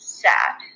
sad